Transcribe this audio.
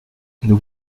nous